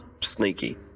sneaky